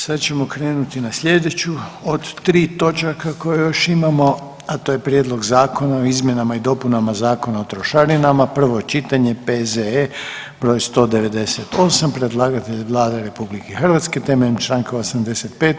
Sad ćemo krenuti na slijedeću od 3 točaka koje još imamo, a to je: - Prijedlog Zakona o izmjenama i dopunama Zakona o trošarinama, prvo čitanje, P.Z.E. broj 198 Predlagatelj je Vlada RH temeljem Članka 85.